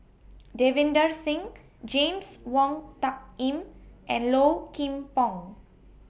Davinder Singh James Wong Tuck Yim and Low Kim Pong